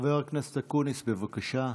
חבר הכנסת אקוניס, בבקשה.